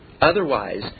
Otherwise